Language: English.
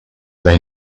they